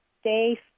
stay